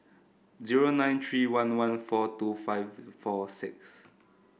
zero nine three one one four two five four six